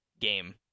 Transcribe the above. game